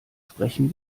sprechen